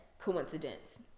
coincidence